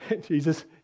Jesus